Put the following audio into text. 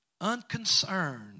unconcerned